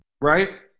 Right